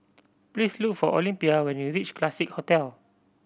please look for Olympia when you reach Classique Hotel